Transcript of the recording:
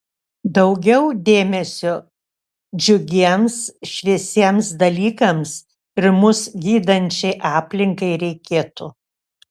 daugiau dėmesio džiugiems šviesiems dalykams ir mus gydančiai aplinkai reikėtų